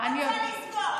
לא רצה לסגור.